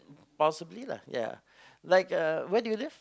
possibly lah ya like uh where do you live